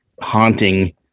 haunting